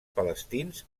palestins